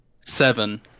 Seven